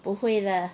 不会 lah